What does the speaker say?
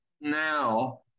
now